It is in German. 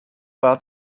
war